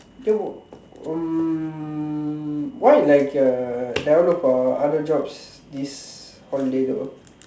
then um why like uh never look for other jobs this holiday though